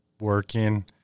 working